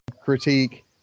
critique